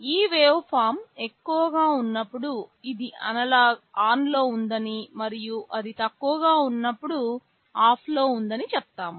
ఈ వేవ్ఫార్మ్ ఎక్కువగా ఉన్నప్పుడు ఇది ఆన్లో ఉందని మరియు అది తక్కువగా ఉన్నప్పుడు అది ఆఫ్లో ఉందని చెప్తాము